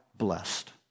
blessed